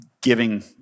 giving